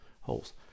holes